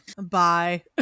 bye